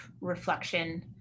reflection